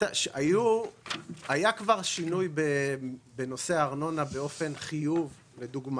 כבר היה שינוי באופן החיוב של נושא הארנונה.